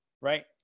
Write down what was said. right